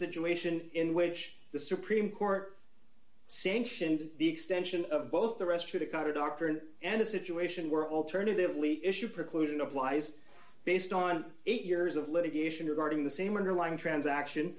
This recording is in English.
situation in which the supreme court sanctioned the extension of both the restroom a kind of doctrine and a situation where alternatively issue preclusion applies based on eight years of litigation regarding the same underlying transaction